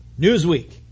Newsweek